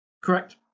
Correct